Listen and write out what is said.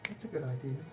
a good idea.